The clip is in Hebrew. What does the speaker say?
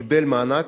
קיבל מענק,